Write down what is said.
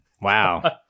Wow